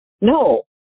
No